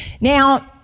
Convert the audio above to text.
Now